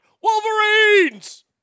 Wolverines